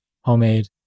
homemade